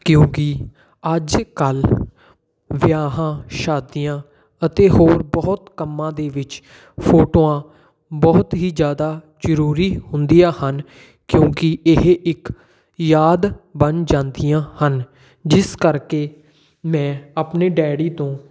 ਕਿਉਂਕਿ ਅੱਜ ਕੱਲ੍ਹ ਵਿਆਹਾਂ ਸ਼ਾਦੀਆਂ ਅਤੇ ਹੋਰ ਬਹੁਤ ਕੰਮਾਂ ਦੇ ਵਿੱਚ ਫੋਟੋਆਂ ਬਹੁਤ ਹੀ ਜ਼ਿਆਦਾ ਜ਼ਰੂਰੀ ਹੁੰਦੀਆਂ ਹਨ ਕਿਉਂਕਿ ਇਹ ਇੱਕ ਯਾਦ ਬਣ ਜਾਂਦੀਆਂ ਹਨ ਜਿਸ ਕਰਕੇ ਮੈਂ ਆਪਣੇ ਡੈਡੀ ਤੋਂ